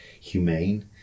humane